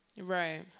Right